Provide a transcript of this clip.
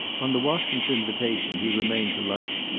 on the wassons' invitation he remained to lunch,